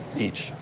each.